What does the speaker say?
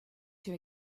two